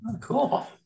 cool